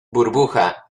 burbuja